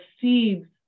seeds